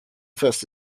first